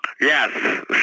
Yes